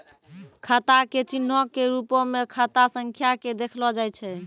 खाता के चिन्हो के रुपो मे खाता संख्या के देखलो जाय छै